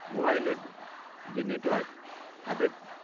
মোবাইলের যে নেটওয়ার্ক তাদের